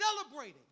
celebrating